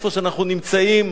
איפה שאנחנו נמצאים,